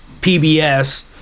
PBS